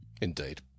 Indeed